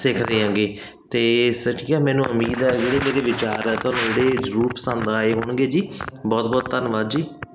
ਸਿੱਖਦੇ ਹੈਗੇ ਅਤੇ ਸੱਚ ਕੀ ਹੈ ਮੈਨੂੰ ਉਮੀਦ ਹੈ ਜਿਹੜੇ ਮੇਰੇ ਵਿਚਾਰ ਹੈ ਤੁਹਾਨੂੰ ਜਿਹੜੇ ਜ਼ਰੂਰ ਪਸੰਦ ਆਏ ਹੋਣਗੇ ਜੀ ਬਹੁਤ ਬਹੁਤ ਧੰਨਵਾਦ ਜੀ